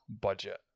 budget